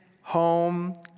home